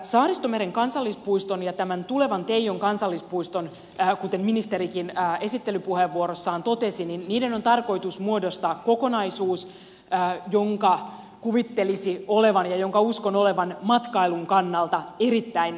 saaristomeren kansallispuiston ja tämän tulevan teijon kansallispuiston kuten ministerikin esittelypuheenvuorossaan totesi on tarkoitus muodostaa kokonaisuus jonka kuvittelisi olevan ja jonka uskon olevan matkailun kannalta erittäin houkutteleva